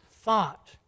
thought